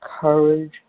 courage